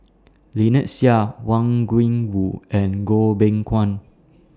Lynnette Seah Wang Gungwu and Goh Beng Kwan